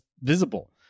visible